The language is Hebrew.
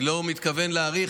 אני לא מתכוון להאריך,